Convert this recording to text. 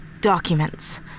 documents